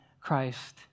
Christ